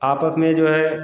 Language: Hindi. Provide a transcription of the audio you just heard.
आपस में जो है